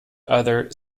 other